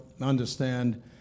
understand